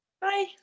Bye